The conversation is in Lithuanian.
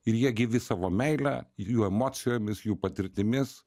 ir jie gyvi savo meile ir jų emocijomis jų patirtimis